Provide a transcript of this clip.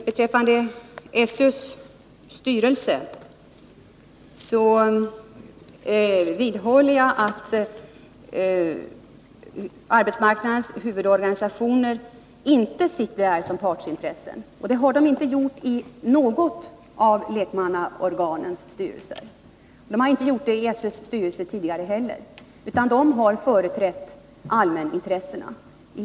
Beträffande SÖ:s styrelse vidhåller jag att arbetsmarknadens huvudorganisationer inte finns med där som partsintressen. Det gör de inte i någon av lekmannaorganens styrelser. Och de har inte gjort det i SÖ:s styrelse tidigare heller. De har företrätt allmänintressena.